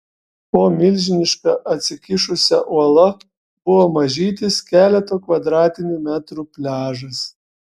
po milžiniška atsikišusia uola buvo mažytis keleto kvadratinių metrų pliažas